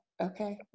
Okay